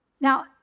Now